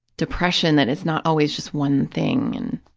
depression, that it's not always just one thing and,